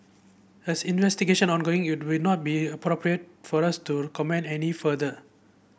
as investigation ongoing it would not be appropriate for us to comment any further